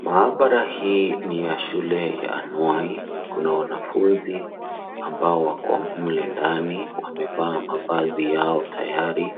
Maabara hii ni ya shule ya anuai na kuna wanafunzi ambao wako mle ndani. Wamevaa mavazi yao tayari